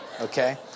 Okay